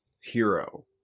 hero